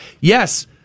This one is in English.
yes